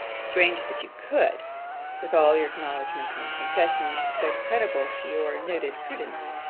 strange that you could with all your acknowledgements and confessions, so creditable to your noted prudence!